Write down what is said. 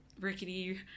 rickety